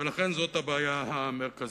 לכן זו הבעיה המרכזית.